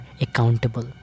accountable